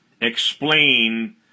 explain